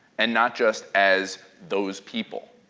and not just as those people.